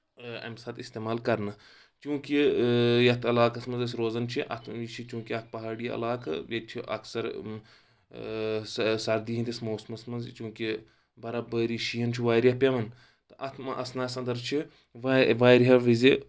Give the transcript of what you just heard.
امہِ ساتہٕ استعمال کرنہٕ چوٗنٛکہِ یتھ علاقس منٛز أسۍ روزان چھِ اتھ یہِ چھُ چوٗنٛکہِ اکھ پہاڑی علاقہٕ ییٚتہِ چھِ اکثر سردی ہِنٛدِس موسمس منٛز چوٗنٛکہِ برابٲری شیٖن چھُ واریاہ پؠوان تہٕ اتھ منٛز آسنس انٛدر چھِ واریاہ وِزِ